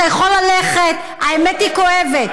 אתה יכול ללכת, האמת היא כואבת.